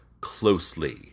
closely